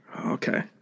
okay